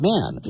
Man